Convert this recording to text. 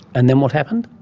and then what happened?